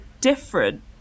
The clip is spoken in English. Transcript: different